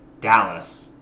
Dallas